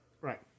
Right